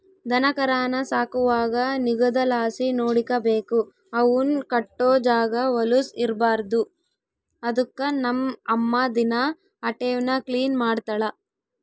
ದನಕರಾನ ಸಾಕುವಾಗ ನಿಗುದಲಾಸಿ ನೋಡಿಕಬೇಕು, ಅವುನ್ ಕಟ್ಟೋ ಜಾಗ ವಲುಸ್ ಇರ್ಬಾರ್ದು ಅದುಕ್ಕ ನಮ್ ಅಮ್ಮ ದಿನಾ ಅಟೇವ್ನ ಕ್ಲೀನ್ ಮಾಡ್ತಳ